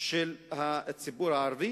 של הציבור הערבי.